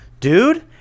Dude